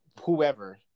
whoever